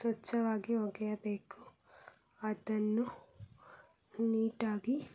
ಸ್ವಚ್ಛವಾಗಿ ಒಗೆಯಬೇಕು ಅದನ್ನು ನೀಟಾಗಿ